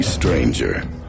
stranger